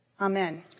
Amen